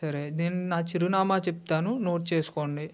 సరే నేను నా చిరునామా చెప్తాను నోట్ చేసుకోండి